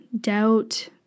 doubt